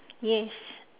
yes